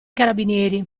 carabinieri